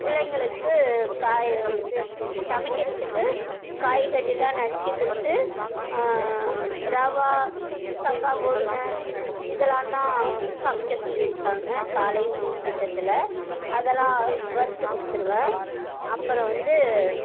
பிள்ளைங்களுக்கு காய் சமைக்கிறதுக்கு காய்கறிலாம் நறுக்கி கொடுத்து ரவா சம்பா கோதுமை இதெல்லாம் தான் சமைக்க சொல்லியிருக்காங்க காலை உணவுத்திட்டத்தில் அதெல்லாம் வறுத்து கொடுத்துடுவேன் அப்புறம் வந்து